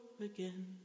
again